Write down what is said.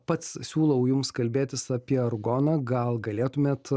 pats siūlau jums kalbėtis apie argoną gal galėtumėt